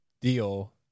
deal